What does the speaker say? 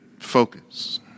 focus